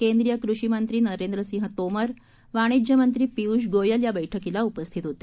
केंद्रीय कृषी मंत्री नरेंद्र सिंह तोमर वाणिज्य मंत्री पियूष गोयल या बैठकीला उपस्थित होते